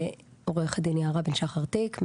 אני עו"ד יערה בן שחר תיק,